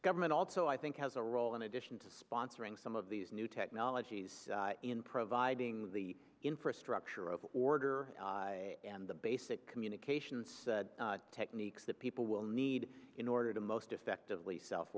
government also i think has a role in addition to sponsoring some of these new technologies in providing the infrastructure of order and the basic communication techniques that people will need in order to most effectively self